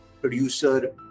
producer